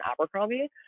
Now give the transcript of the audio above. Abercrombie